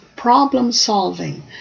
problem-solving